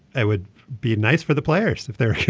it would be nice for the players if they're